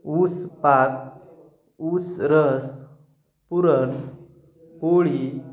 ऊस पाक ऊस रस पुरणपोळी